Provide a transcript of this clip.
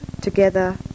together